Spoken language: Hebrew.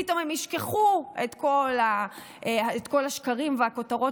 פתאום הם ישכחו את כל השקרים והכותרות